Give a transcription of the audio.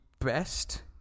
best